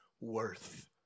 worth